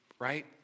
right